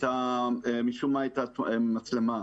המצלמה.